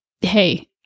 hey